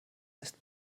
ist